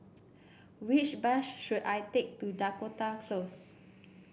which bus should I take to Dakota Close